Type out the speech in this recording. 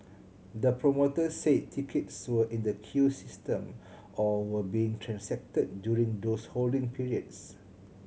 the promoter said tickets were in the queue system or were being transacted during those holding periods